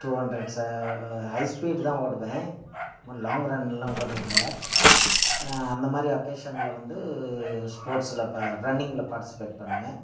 two hundreds high speed தான் ஓடுவேன் long ரன்லாம் ஓட்டுறதில்ல அந்த மாதிரி அகேஷனில் வந்து ஸ்போர்ட்ஸுஸில் இப்போ ரன்னிங்கில் பார்டிஸிபேட் பண்ணுவேன்